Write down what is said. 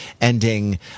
ending